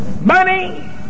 money